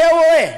צא וראה